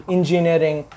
Engineering